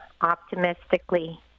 optimistically